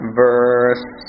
verse